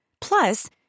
Plus